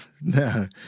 No